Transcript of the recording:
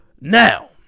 Now